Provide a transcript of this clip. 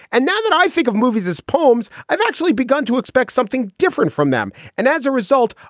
and now that i think of movies as poems, i've actually begun to expect something different from them. and as a result,